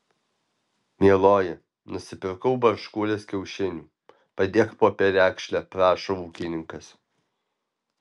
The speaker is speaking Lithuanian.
mieloji nusipirkau barškuolės kiaušinių padėk po perekšle prašo ūkininkas